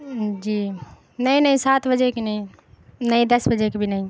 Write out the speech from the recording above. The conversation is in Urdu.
جی نہیں نہیں سات بجے کی نہیں نہیں دس بجے کی بھی نہیں